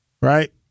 right